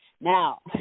Now